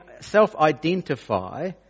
self-identify